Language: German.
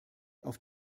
auf